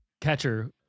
Catcher